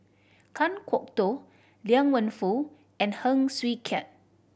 Kan Kwok Toh Liang Wenfu and Heng Swee Keat